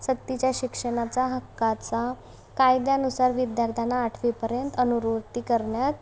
सक्तीच्या शिक्षणाचा हक्काचा कायद्यानुसार विद्यार्थ्यांना आठवीपर्यंत अनुरोत्ती करण्यात